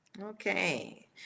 Okay